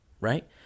right